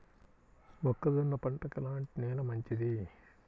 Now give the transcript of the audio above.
మొక్క జొన్న పంటకు ఎలాంటి నేల మంచిది?